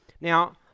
Now